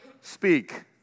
speak